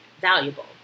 valuable